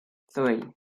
three